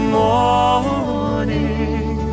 morning